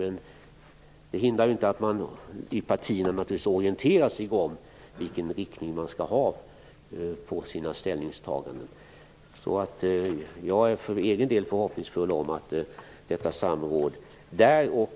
Men det hindrar inte att partierna orienterar sig om vilken riktning man skall ha på sina ställningstaganden. För egen del är jag förhoppningsfull om att man i detta samråd och